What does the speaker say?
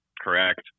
Correct